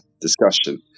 discussion